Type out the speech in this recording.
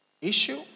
issue